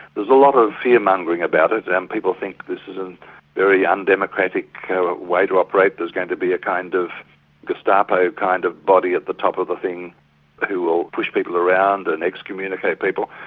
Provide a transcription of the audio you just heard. there's a lot of fear mongering about it and people think this is a very undemocratic way to operate there's going to be a kind of gestapo kind of body at the top of the thing who will push people around and excommunicate people.